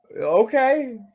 Okay